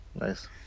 Nice